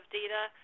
data